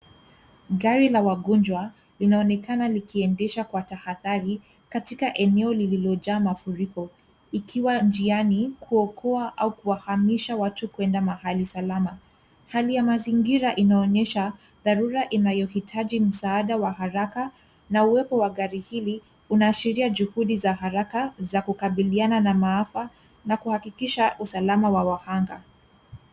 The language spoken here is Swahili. Gari la wagonjwa linaonekana likiendeshwa kwa tahadhari katika eneo lililojaa mafuriko likiwa njiani kuokoa au kuhamisha watu kwenda mahali salama. Hali ya mazingira inaonyesha dharura inayoitaji usalama wa haraka na uwepo wa gari hili unaashiria juhudi za haraka za kukabiliana na maafa na kuhakikisha usalama wa waaga.